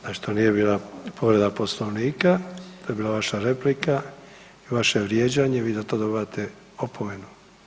Znači to nije bila povreda poslovnika, to je bila vaša replika i vaše vrijeđanje i vi za to dobivate opomenu.